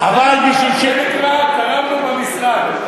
תרמנו במשרד.